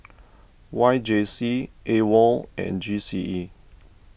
Y J C Awol and G C E